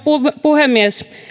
puhemies